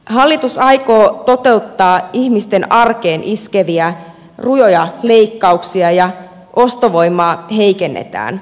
hallitus aikoo toteuttaa ihmisten arkeen iskeviä rujoja leikkauksia ja ostovoimaa heikennetään